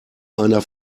einer